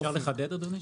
אפשר לחדד אדוני?